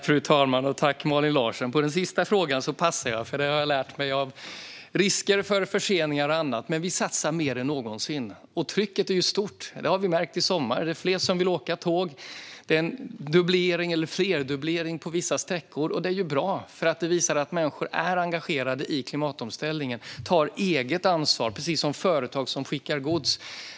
Fru talman! På den sista frågan passar jag. Det har jag lärt mig av risker för förseningar och annat. Vi satsar dock mer än någonsin. Trycket är stort. Det har vi märkt i sommar. Fler vill åka tåg. På vissa sträckor är det en dubblering eller flerdubblering. Det är bra, för det visar att människor är engagerade i klimatomställningen. De tar eget ansvar precis som företag som skickar gods.